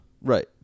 Right